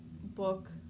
book